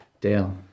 Dale